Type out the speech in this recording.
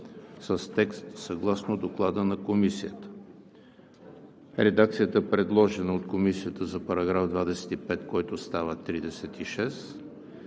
с текст съгласно Доклада на Комисията; редакцията, предложена от Комисията за § 25, който става §